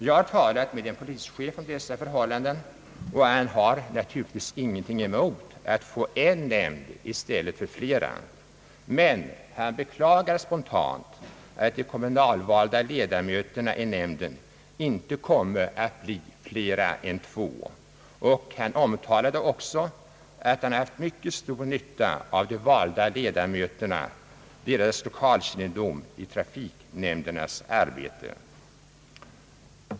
Jag har talat med en polischef om dessa förhållanden, och han har naturligtvis ingenting emot att få en enda nämnd i stället för flera. Men han beklagar spontant att de kommunvalda ledamöterna i nämnden inte kommer att bli fler än två. Han omtalade också att han haft mycket stor nytta av de valda ledamöternas lokalkännedom i trafiknämndernas arbete.